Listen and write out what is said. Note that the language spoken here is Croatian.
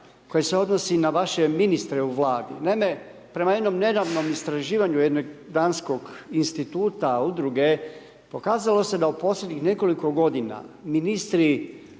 koje se odnosi na vaše ministre u Vladi. Naime, prema jednom nedavnom istraživanju jednog danskog instituta, udruge, pokazalo se da u posljednjih nekoliko godina ministri